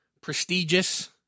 prestigious